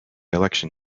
election